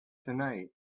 tonight